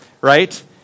right